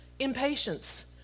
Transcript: Impatience